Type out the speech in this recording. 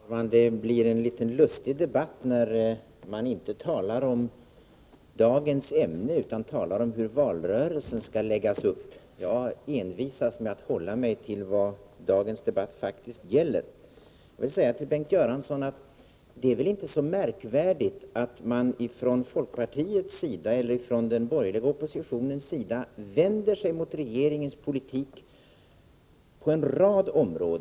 Herr talman! Det blir en litet lustig debatt när man inte talar om dagens ämne utan talar om hur valrörelsen skall läggas upp. Jag envisas med att hålla mig till vad dagens debatt faktiskt gäller. Jag vill säga till Bengt Göransson att det väl inte är så märkvärdigt att man från folkpartiets sida eller från den borgerliga oppositionens sida vänder sig mot regeringens politik på en rad områden.